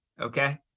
Okay